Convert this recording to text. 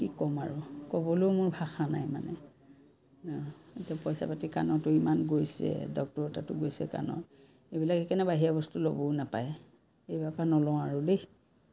কি ক'ম আৰু ক'বলৈও মোৰ ভাষা নাই মানে এয়া পইচা পাতি কাণতো ইমান গৈছে ডক্তৰৰ তাতো গৈছে কাণৰ এইবিলাক সেইকাৰণে বাহিৰা বস্তু ল'বও নাপায় এইবাৰৰ পৰা নলও আৰু দেই